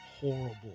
Horrible